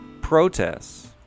protests